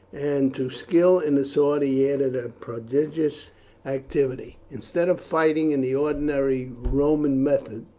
and to skill in the sword he added a prodigious activity. instead of fighting in the ordinary roman method,